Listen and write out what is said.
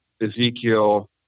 Ezekiel